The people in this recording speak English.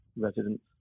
residents